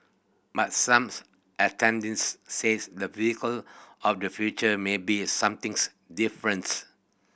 but some attendees says the vehicle of the future may be something different